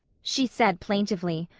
she said plaintively.